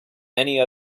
many